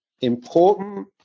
important